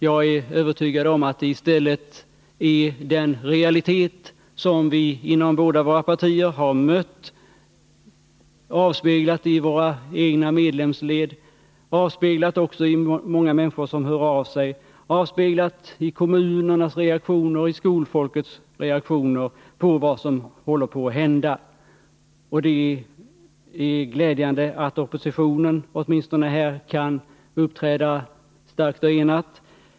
Jag är övertygad om att det i stället är den realitet som vi mött inom våra partier — avspeglad i våra egna medlemsled, avspeglad i uttalanden från många människor som hör av sig, avspeglad i kommunernas reaktioner och i skolfolkets reaktioner på vad som håller på att hända. Det är glädjande att oppositionen åtminstone här kan uppträda stark och enad.